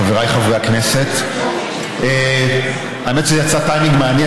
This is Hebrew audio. חבריי חברי הכנסת, האמת שזה יצא טיימינג מעניין.